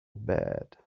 bad